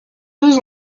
deux